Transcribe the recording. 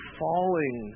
falling